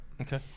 okay